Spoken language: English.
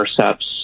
intercepts